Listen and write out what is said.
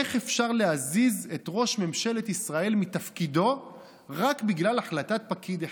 איך אפשר להזיז את ראש ממשלת ישראל מתפקידו רק בגלל החלטת פקיד אחד?